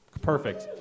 Perfect